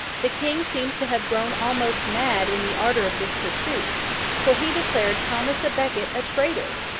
the king seems to have grown almost mad in the ardour of this pursuit for he declared thomas a becket a traitor,